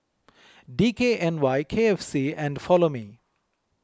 D K N Y K F C and Follow Me